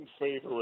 favorite